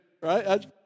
right